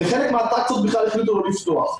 וחלק מהאטרקציות בכלל החליטו לא לפתוח.